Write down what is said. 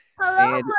Hello